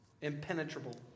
impenetrable